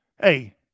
Hey